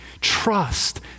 Trust